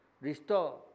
restore